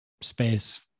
space